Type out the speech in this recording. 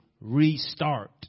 restart